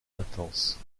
intense